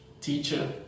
teacher